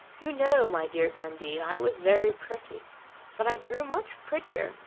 you know, my dear candide, i was very pretty but i grew much prettier,